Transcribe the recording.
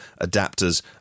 adapters